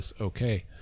Okay